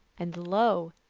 and lo!